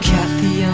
Kathy